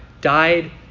died